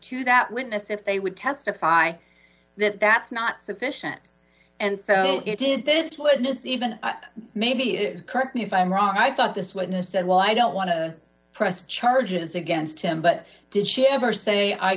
to that witness if they would testify that that's not sufficient and so it did this witness even maybe you correct me if i'm wrong i thought this witness said well i don't want to press charges against him but did she ever say i